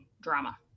drama